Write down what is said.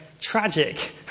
tragic